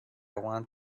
want